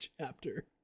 chapter